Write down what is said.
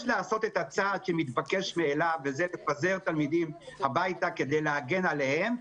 לעשות את הצעד שמתבקש מאליו וזה לפזר תלמידים הביתה כדי להגן עליהם,